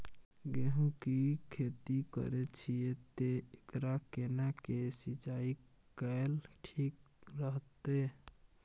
गेहूं की खेती करे छिये ते एकरा केना के सिंचाई कैल ठीक रहते?